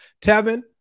Tevin